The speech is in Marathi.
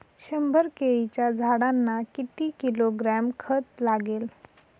शंभर केळीच्या झाडांना किती किलोग्रॅम खत लागेल?